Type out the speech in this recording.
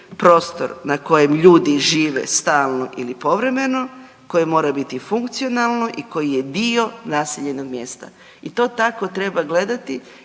prostor na kojem ljudi žive stalno ili povremeno, koje mora biti funkcionalno i koji je dio naseljenog mjesta. I to tako treba gledati